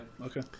okay